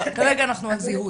כרגע אנחנו על זיהוי.